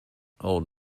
old